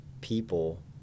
people